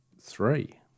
three